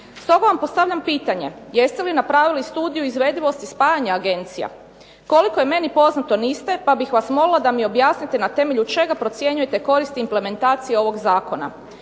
Stoga vam postavljam pitanje jeste li napravili studiju izvedivosti spajanja agencija? Koliko je meni poznato niste, pa bih vas molila da mi objasnite na temelju čega procjenjujete koristi implementacije ovog zakona?